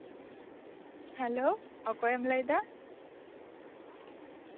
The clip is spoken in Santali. ᱦᱮᱞᱳ ᱚᱠᱚᱭᱮᱢ ᱞᱟᱹᱭ ᱮᱫᱟ